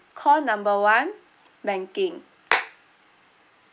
call number one banking